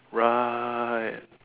right